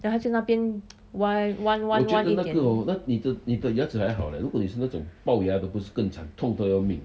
then 他就那边弯弯弯一点